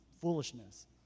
foolishness